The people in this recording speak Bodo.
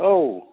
औ